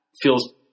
feels